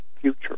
future